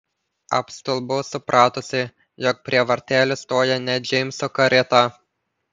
apstulbau supratusi jog prie vartelių stoja ne džeimso karieta